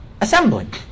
Assembling